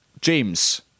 James